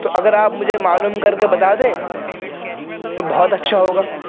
تو اگر آپ مجھے معلوم کر کے بتا دیں تو بہت اچھا ہوگا